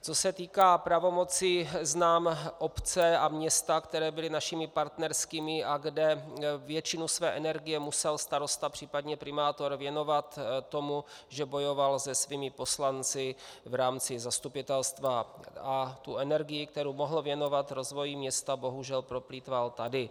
Co se týká pravomoci, znám obce a města, které byly našimi partnerskými a kde většinu své energie musel starosta, případně primátor věnovat tomu, že bojoval se svými poslanci v rámci zastupitelstva a tu energii, kterou mohl věnovat rozvoji města, bohužel proplýtval tady.